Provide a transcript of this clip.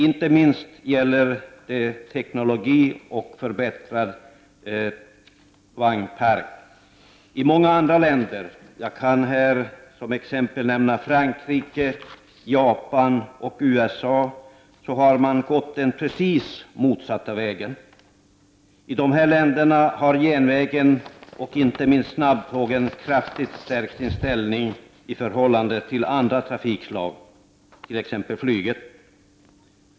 Det gäller inte minst teknologi och vagnparken. I många andra länder, t.ex. Frankrike, Japan och USA, har man gått precis motsatt väg. I dessa länder har järnvägen och inte minst snabbtågen kraftigt stärkt sin ställning i förhållande till andra trafikslag, t.ex. flyget.